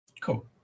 Cool